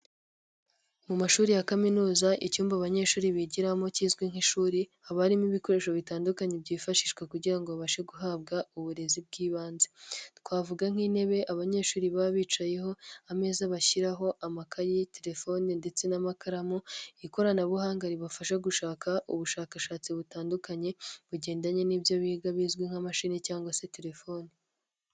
Mu mashuri ya kaminuza icyumba abanyeshuri bigiramo kizwi nk'ishuri, habamo ibikoresho bitandukanye byifashishwa kugira ngo babashe guhabwa uburezi bw'ibanze twavuga nk'intebe abanyeshuri baba bicayeho, ameza bashyiraho amakayi, telefone ndetse n'amakaramu. Ikoranabuhanga ribafasha gushaka ubushakashatsi butandukanye bugendanye n'ibyo biga bizwi nk'amashini cyangwa se telefoni.